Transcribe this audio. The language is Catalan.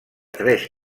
tres